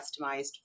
customized